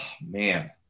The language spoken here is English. Man